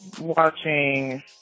watching